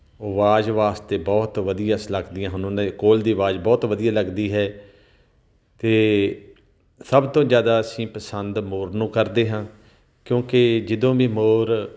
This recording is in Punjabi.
ਆਵਾਜ਼ ਵਾਸਤੇ ਬਹੁਤ ਵਧੀਆ ਲੱਗਦੀਆਂ ਹਨ ਉਹਨਾਂ ਦੇ ਕੋਇਲ ਦੀ ਆਵਾਜ਼ ਬਹੁਤ ਵਧੀਆ ਲੱਗਦੀ ਹੈ ਅਤੇ ਸਭ ਤੋਂ ਜ਼ਿਆਦਾ ਅਸੀਂ ਪਸੰਦ ਮੋਰ ਨੂੰ ਕਰਦੇ ਹਾਂ ਕਿਉਂਕਿ ਜਦੋਂ ਵੀ ਮੋਰ